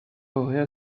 auraient